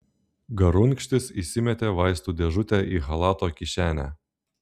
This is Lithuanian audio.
garunkštis įsimetė vaistų dėžutę į chalato kišenę